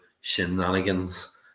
shenanigans